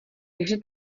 takže